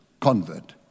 convert